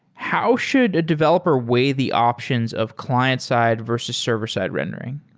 how should a developer weigh the options of client-side versus server-side rendering?